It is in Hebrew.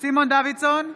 סימון דוידסון,